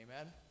Amen